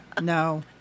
No